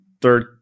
third